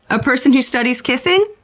a person who studies kissing?